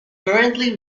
currently